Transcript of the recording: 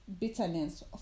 bitterness